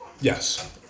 Yes